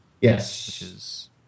Yes